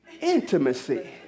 intimacy